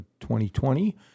2020